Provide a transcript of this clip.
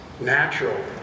natural